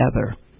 together